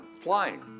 flying